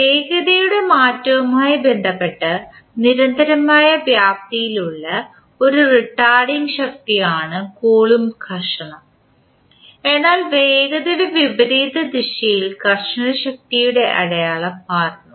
വേഗതയുടെ മാറ്റവുമായി ബന്ധപ്പെട്ട് നിരന്തരമായ വ്യാപ്തിയുള്ള ഒരു റിട്ടാർഡിംഗ് ശക്തിയാണ് കൂലോംബ് ഘർഷണം എന്നാൽ വേഗതയുടെ വിപരീത ദിശയിൽ ഘർഷണ ശക്തിയുടെ അടയാളം മാറുന്നു